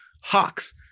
hawks